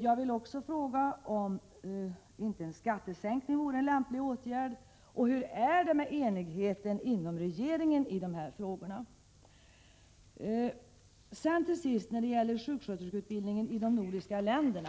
Jag vill vidare fråga: Vore inte en skattesänkning en lämplig åtgärd? Och hur är det med enigheten inom regeringen i dessa frågor? Till sist vill jag säga något om sjuksköterskeutbildningen i de nordiska länderna.